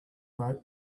boat